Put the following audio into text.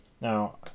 Now